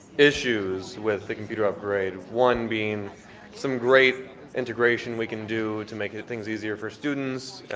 issues with the computer upgrade, one being some great integration we can do to make the things easier for students,